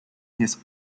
his